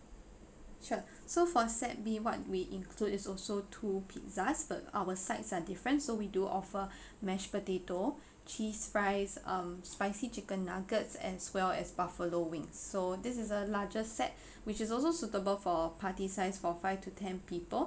sure so for set B what we include is also two pizzas but our sides are different so we do offer mashed potato cheese fries um spicy chicken nuggets as well as buffalo wings so this is a larger set which is also suitable for party size for five to ten people